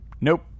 nope